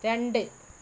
രണ്ട്